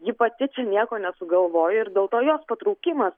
ji pati čia nieko nesugalvojo ir dėl to jos patraukimas